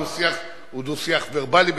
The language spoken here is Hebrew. דו-השיח הוא דו-שיח ורבלי,